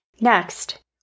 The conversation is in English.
Next